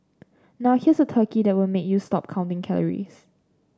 now here's a turkey that will make you stop counting calories